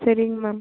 சரிங்க மேம்